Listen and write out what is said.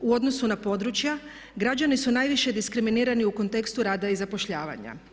U odnosu na područja građani su najviše diskriminirani u kontekstu rada i zapošljavanja.